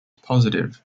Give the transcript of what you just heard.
positive